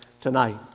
tonight